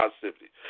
positivity